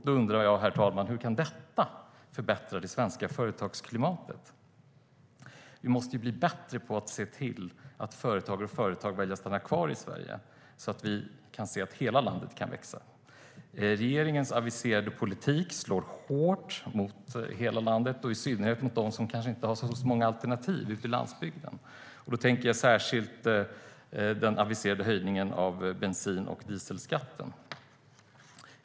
Då undrar jag, herr talman: Hur kan detta förbättra det svenska företagsklimatet? Vi måste bli bättre på att se till att företagare och företag väljer att stanna kvar i Sverige, så att vi kan se att hela landet kan växa. Regeringens aviserade politik slår hårt mot hela landet, i synnerhet mot dem som kanske inte har så många alternativ ute i landsbygden. Då tänker jag särskilt på den aviserade höjningen av bensinskatten och dieselskatten.